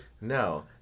No